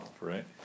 right